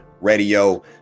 radio